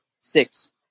six